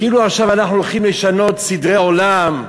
כאילו אנחנו הולכים עכשיו לשנות סדרי עולם,